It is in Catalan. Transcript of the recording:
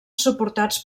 suportats